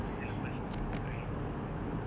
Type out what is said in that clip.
then selepas itu I go to